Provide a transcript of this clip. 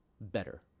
better